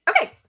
Okay